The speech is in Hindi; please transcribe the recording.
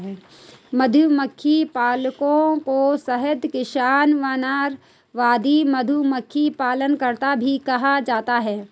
मधुमक्खी पालकों को शहद किसान, वानरवादी, मधुमक्खी पालनकर्ता भी कहा जाता है